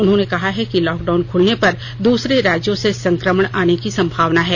उन्होंने कहा है कि लॉकडाउन खुलने पर दूसरे राज्यों से संकमण आने की संभावना है